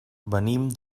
venim